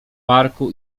parku